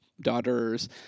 daughters